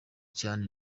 cyane